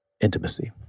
intimacy